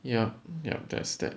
ya ya that's that